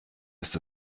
ist